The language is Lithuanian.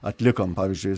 atlikom pavyzdžiui